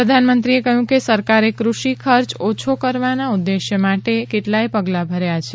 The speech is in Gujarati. પ્રધાનમંત્રી કહ્યુંકે સરકારે કૃષિ ખર્ચ ઓછું કરવાના ઉદ્દેશ્ય માટે કેટલાય પગલા ભર્યા છે